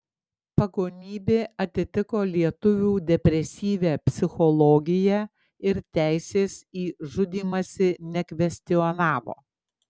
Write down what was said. pagonybė atitiko lietuvių depresyvią psichologiją ir teisės į žudymąsi nekvestionavo